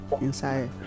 inside